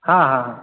हँ हँ